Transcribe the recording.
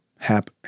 Hap